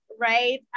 right